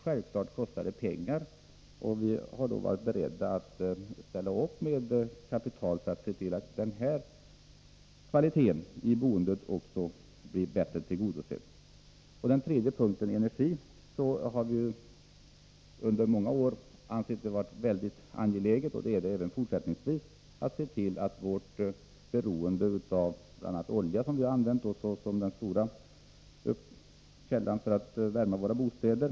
Självfallet kostar det pengar, och vi har varit beredda att ställa upp med kapital för att se till att denna kvalitet i boendet blir bättre tillgodosedd. På den tredje punkten, energiområdet, har vi under många år ansett det vara mycket angeläget, och så är det även fortsättningsvis, att se till att minska vårt beroende av olja, som ju har varit den dominerande källan för uppvärmning av bostäder.